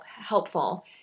helpful